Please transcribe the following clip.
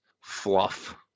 fluff